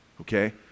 okay